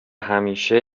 همیشه